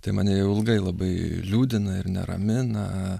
tai mane ilgai labai liūdina ir neramina